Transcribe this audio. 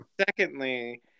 Secondly